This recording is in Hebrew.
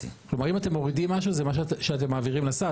כלומר אם אתם מורידים משהו זה שאתם מעבירים לסל,